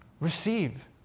Receive